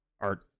art